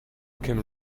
can